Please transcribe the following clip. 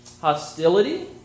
hostility